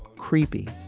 creepy,